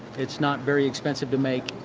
it's not very expensive to make.